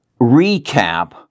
recap